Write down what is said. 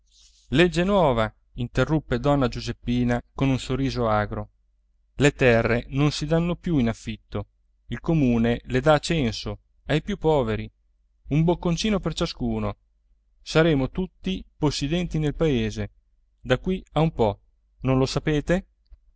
legge nuova interruppe donna giuseppina con un sorriso agro le terre non si dànno più in affitto il comune le dà a censo ai più poveri un bocconcino per ciascuno saremo tutti possidenti nel paese da qui a un po non lo sapete